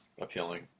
appealing